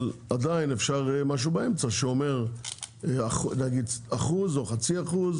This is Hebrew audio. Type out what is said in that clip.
אבל עדיין אפשר משהו באמצע שאומר נגיד אחוז או חצי אחוז,